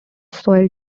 soil